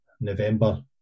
November